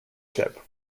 ship